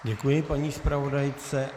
Děkuji paní zpravodajce.